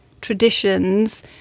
traditions